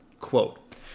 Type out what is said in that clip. Quote